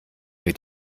mir